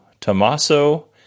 Tommaso